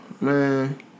man